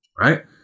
right